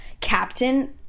Captain